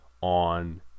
on